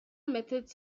methods